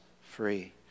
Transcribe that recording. free